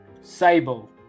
Sable